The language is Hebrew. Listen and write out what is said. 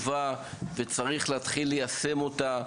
אבל זו התחלה טובה וצריך להתחיל ליישם אותה.